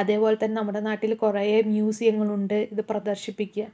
അതേ പോലെ തന്നെ നമ്മുടെ നാട്ടിൽ കുറേ മ്യൂസിയങ്ങൾ ഉണ്ട് ഇത് പ്രദർശിപ്പിക്കാൻ